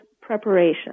preparation